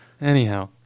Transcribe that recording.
Anyhow